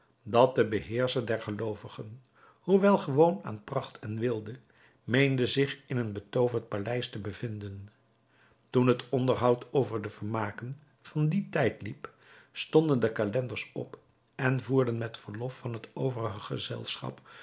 dat de beheerscher der geloovigen hoewel gewoon aan pracht en weelde meende zich in een betooverd paleis te bevinden toen het onderhoud over de vermaken van dien tijd liep stonden de calenders op en voerden met verlof van het overige gezelschap